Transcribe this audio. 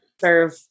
serve